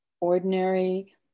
ordinary